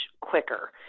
quicker